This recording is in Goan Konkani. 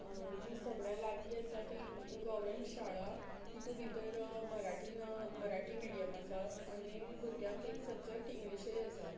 जी सगळ्यां लागीं आसा ती गवरमँट शाळा तितू भितर मराठीन मराठी मिडयम आसा आनी भुरग्यांक एक सबजॅक्ट इंग्लिशय आसा